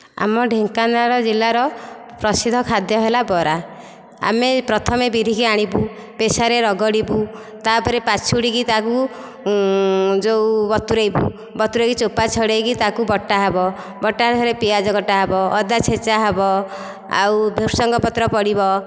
ଆମ ଢେଙ୍କାନାଳ ଜିଲ୍ଲାର ପ୍ରସିଦ୍ଧ ଖାଦ୍ୟ ହେଲା ବରା ଆମେ ପ୍ରଥମେ ବିରି ହିଁ ଆଣିବୁ ପେଷାରେ ରଗଡ଼ିବୁ ତାପରେ ପାଛୁଡ଼ିକି ତାକୁ ଯେଉଁ ବତୁରେଇବୁ ବତୁରେଇକି ଚୋପା ଛଡ଼େଇକି ତାକୁ ବଟା ହେବ ବଟା ହେଲେ ପିଆଜ କଟା ହେବ ଅଦା ଛେଚା ହେବ ଆଉ ଭୃସଙ୍ଗ ପତ୍ର ପଡ଼ିବ